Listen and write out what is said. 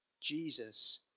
Jesus